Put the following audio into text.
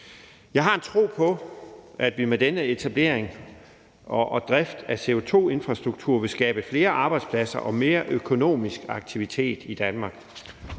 Jeg har en tro på, at vi med denne etablering og drift af CO2-infrastruktur vil skabe flere arbejdspladser og mere økonomisk aktivitet i Danmark,